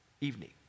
evening